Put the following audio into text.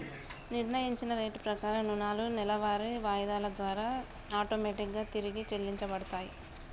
నిర్ణయించిన రేటు ప్రకారం రుణాలు నెలవారీ వాయిదాల ద్వారా ఆటోమేటిక్ గా తిరిగి చెల్లించబడతయ్